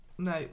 No